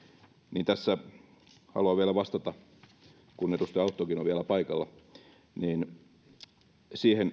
niin tässä haluan vielä vastata kun edustaja auttokin on vielä paikalla siihen